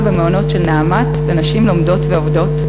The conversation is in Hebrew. במעונות של "נעמת" לנשים לומדות ועובדות,